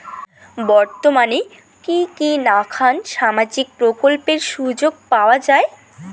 বর্তমানে কি কি নাখান সামাজিক প্রকল্পের সুযোগ পাওয়া যায়?